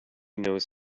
knows